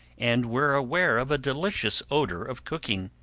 and were aware of a delicious odour of cooking.